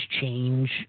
change